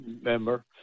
member